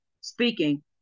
speaking